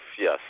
yes